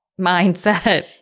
mindset